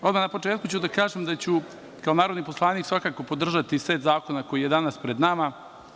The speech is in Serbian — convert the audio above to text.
Odmah na početku ću da kažem da ću kao narodni poslanik svakako podržati set zakona koji je danas pred nama.